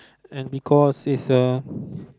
and because is a